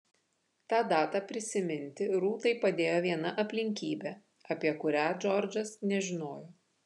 tą datą prisiminti rūtai padėjo viena aplinkybė apie kurią džordžas nežinojo